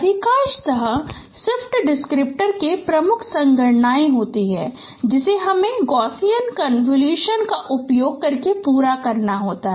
अधिकांशतः SIFT descriptor में प्रमुख संगणना होती है जिसे हमें गॉससियन कनवल्शन का उपयोग करके पूरा करना होता है